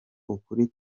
ukuri